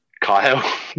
Kyle